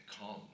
calm